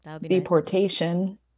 Deportation